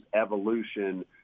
evolution